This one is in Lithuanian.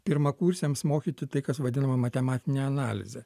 pirmakursiams mokyti tai kas vadinama matematine analize